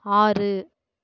ஆறு